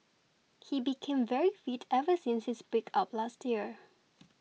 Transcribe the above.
he became very fit ever since his breakup last year